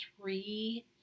three